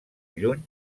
lluny